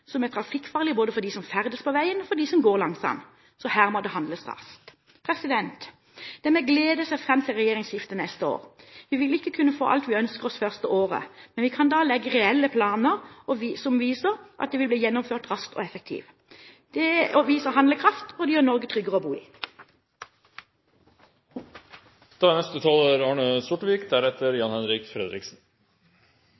som er trafikkfarlig både for dem som ferdes på veien, og for dem som går langs den. Så her må det handles raskt. Det er med glede jeg ser fram til regjeringsskifte neste år. Vi vil ikke kunne få alt vi ønsker oss det første året, men vi kan da legge reelle planer og vise at de vil bli gjennomført raskt og effektivt. Det viser handlekraft, og det gjør Norge tryggere å bo i. Dette er